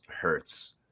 hurts